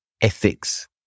ethics